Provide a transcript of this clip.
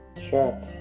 Sure